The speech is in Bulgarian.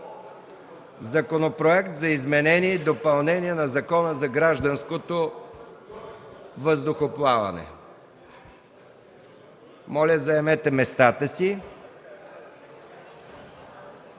Законопроект за изменение и допълнение на Закона за гражданското въздухоплаване. Гласували